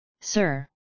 sir